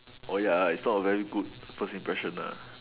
orh ya uh it'a not a very good first impression nah